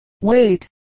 wait